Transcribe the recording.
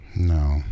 No